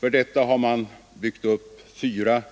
För detta har man byggt upp fyra